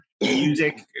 music